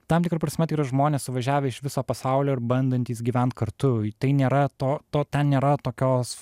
tam tikra prasme tai yra žmonės suvažiavę iš viso pasaulio ir bandantys gyvent kartu tai nėra to to ten nėra tokios